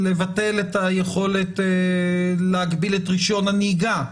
לבטל את היכולת של להגביל את רישיון הנהיגה,